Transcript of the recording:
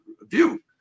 view